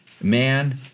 Man